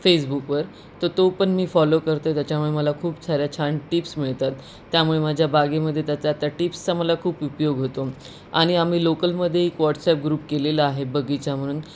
फेसबुकवर तर तो पण मी फॉलो करतो त्याच्यामुळे मला खूप साऱ्या छान टिप्स मिळतात त्यामुळे माझ्या बागेमध्ये त्याचा त्या टिप्सचा मला खूप उपयोग होतो आणि आम्ही लोकलमध्ये एक वॉट्सॲप ग्रुप केलेला आहे बगीचा म्हणून